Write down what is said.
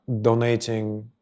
donating